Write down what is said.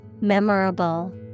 Memorable